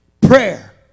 prayer